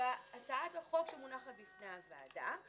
בהצעת החוק שמונחת בפני הוועדה,